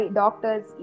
doctors